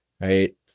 right